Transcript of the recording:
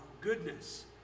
goodness